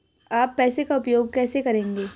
आप पैसे का उपयोग कैसे करेंगे?